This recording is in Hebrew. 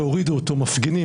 הורידו אותו מפגינים,